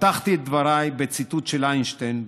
פתחתי את דבריי בציטוט של איינשטיין.